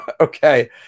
Okay